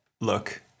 look